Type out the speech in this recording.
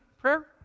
prayer